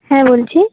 হ্যাঁ বলছি